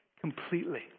completely